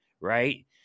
right